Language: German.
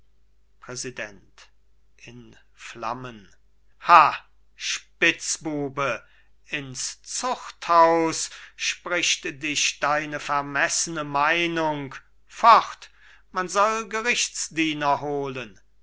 präsident in flammen ha spitzbube ins zuchthaus spricht dich deine vermessene meinung fort man soll gerichtsdiener holen